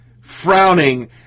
frowning